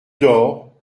door